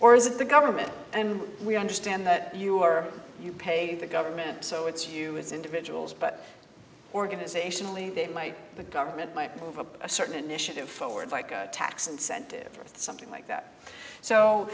or is it the government and we understand that you are you pay the government so it's you as individuals but organizationally they make the government buy for a certain initiative forward like a tax incentive or something like that so